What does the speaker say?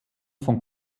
von